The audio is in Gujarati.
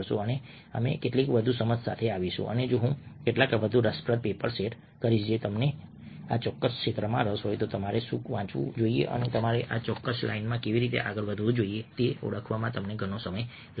અને અમે કેટલીક વધુ સમજ સાથે આવીશું અને હું કેટલાક વધુ રસપ્રદ પેપર શેર કરીશ જે જો તમને આ ચોક્કસ ક્ષેત્રમાં રસ હોય તો તમારે શું વાંચવું જોઈએ અને તમારે આ ચોક્કસ લાઇનમાં કેવી રીતે આગળ વધવું જોઈએ તે ઓળખવામાં તમને ઘણો સમય લાગશે